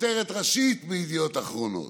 כותרת ראשית בידיעות אחרונות.